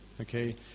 okay